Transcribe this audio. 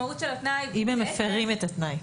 אם הם מפרים את התנאי.